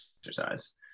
exercise